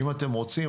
אם אתם רוצים,